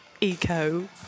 eco